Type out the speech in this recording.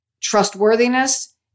trustworthiness